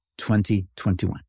2021